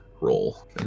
roll